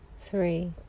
three